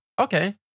okay